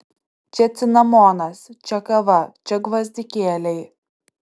čia cinamonas čia kava čia gvazdikėliai